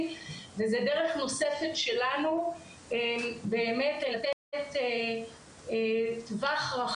וזה דרך נוספת שלנו באמת לתת טווח רחב,